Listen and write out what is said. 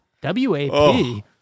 W-A-P